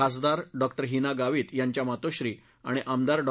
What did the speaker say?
खासदार डॉ हिना गावित यांच्या मातोश्री आणि आमदार डॉ